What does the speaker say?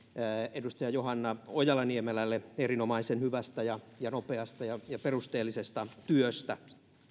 edustaja johanna ojala niemelälle erinomaisen hyvästä ja ja nopeasta ja perusteellisesta työstä